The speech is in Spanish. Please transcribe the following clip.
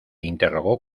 interrogó